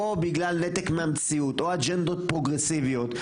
או בגלל נתק מהמציאות או אג'נדות פרוגרסיביות,